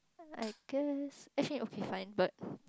yeah I guess actually okay fine but